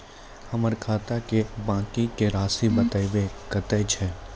हमर खाता के बाँकी के रासि बताबो कतेय छै?